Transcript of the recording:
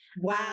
wow